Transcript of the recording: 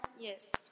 Yes